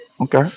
Okay